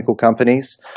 companies